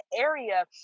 area